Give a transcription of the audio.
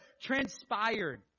transpired